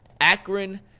Akron